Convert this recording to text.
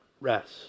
rest